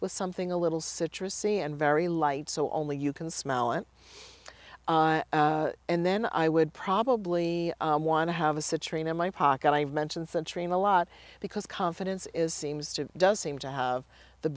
with something a little citrusy and very light so only you can smell it and then i would probably want to have a situation in my pocket i mentioned century and a lot because confidence is seems to does seem to have the